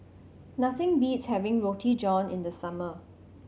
nothing beats having Roti John in the summer